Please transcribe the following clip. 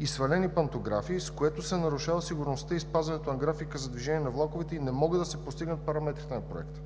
и свалени пантографи, с което се нарушава сигурността и спазването на графика за движение на влаковете, и не могат да се постигнат параметрите на Проекта.